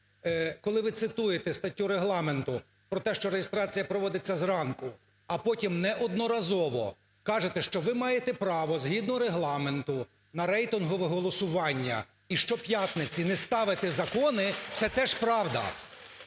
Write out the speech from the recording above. Коли ви цитуєте статтю Регламенту про те, що реєстрація проводиться зранку, а потім неодноразово кажете, що ви маєте право згідно Регламенту на рейтингове голосування і щоп'ятниці не ставите закони, це теж правда.